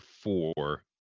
four